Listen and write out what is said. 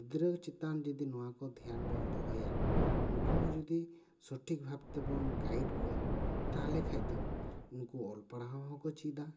ᱜᱤᱫᱽᱨᱟᱹ ᱪᱮᱛᱟᱱ ᱡᱚᱫᱤ ᱱᱚᱣᱟ ᱠᱚ ᱫᱷᱤᱭᱟᱱ ᱵᱚᱱ ᱫᱚᱦᱚᱭᱟ ᱱᱩᱠᱩᱦᱚ ᱡᱚᱫᱤ ᱥᱚᱴᱷᱤᱠ ᱵᱷᱟᱵ ᱛᱮᱵᱚᱱ ᱜᱟᱭᱤᱰ ᱠᱚᱣᱟ ᱛᱟᱦᱚᱞᱮ ᱠᱷᱟᱱᱫᱚ ᱩᱱᱠᱩ ᱚᱞᱯᱟᱲᱦᱟᱣ ᱦᱚᱠᱚ ᱪᱮᱫᱟ